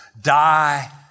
die